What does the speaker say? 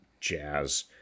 jazz